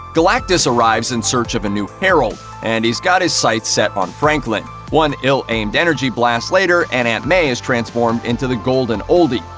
galactus arrives in search of a new herald and he's got his sights set on franklin. one ill-aimed energy blast later, and aunt may is transformed into the golden oldie,